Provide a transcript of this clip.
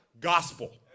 gospel